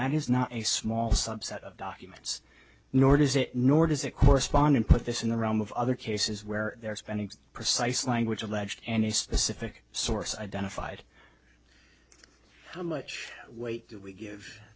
that is not a small subset of documents nor does it nor does it correspondent put this in the realm of other cases where they're spending precise language alleged any specific source identified how much weight do we give